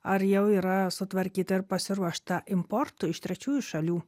ar jau yra sutvarkyta ir pasiruošta importui iš trečiųjų šalių